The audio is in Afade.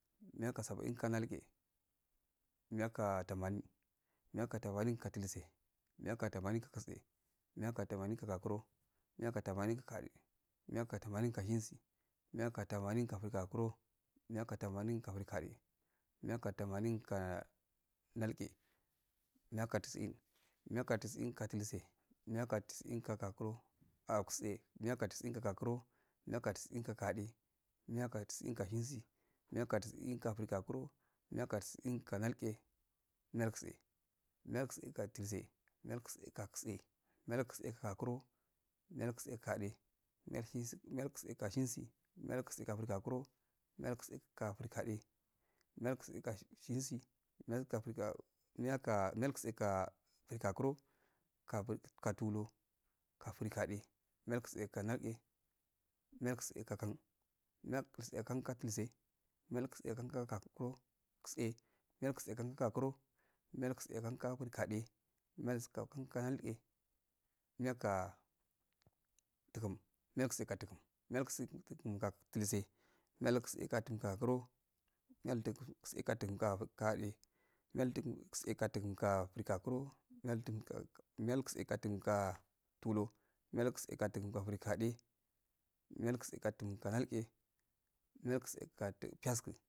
Miya ga saba'in go nalge, miya ga tamanin miya ga temanin ga dultse, miya ga tamanin go tse, miya ga tamin ga gakuro, miya ga tamanin go gade, miya ga tamanin ga shensi, miya ga taminin ga frikaro, miya miya ga tamanin ga frigade, miya ga tamanin ga nalge, miya ga tisiin miya ga tiin ga dulse, miya gsa tisiin ga gakino atse, miya ga tisiin go gakurio miya go tisi'in ga gade, miya ga tisi'in ga shensi, miya ga tisin go frigakuro miya go tisi-in ga nalge, miyaltse, miyaltse ga dultse miyalte ga tse miyaltse ga gakure, miyaltse ga gade miyashen miyaltse ka shesi miyaltse ka frigakuro, miyaltse ka tulur ka gade miyalse ka nalge, miyaltse ka kan, miyaltse ka kango dultse, miyaltse ka kan go gakuro tse, miyalse gakuro, milyaltse kar kan ga frigade, miyalse ka kan ga nalge, miyaltsse ka dugum, miyalte ka dulse, miyalse ka tum ga kuro, miya dugumtse ka yade, miyalse ka dumga frigakuro, miyaltse ka tulur, miyaltse ka junga frigaje, miyaltse ka dunga go nalde miyaltse piyasku.